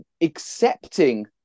accepting